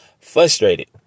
frustrated